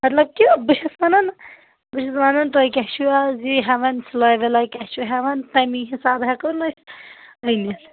مطلب کہِ بہٕ چھَس وَنان بہٕ چھَس وَنان تُہۍ کیٛاہ چھُو آز یہِ ہٮ۪وان سِلأے وِلأے کیٛاہ چھُو ہٮ۪وان تَمی حسابہٕ ہٮ۪کو نہٕ أسۍ أنِتھ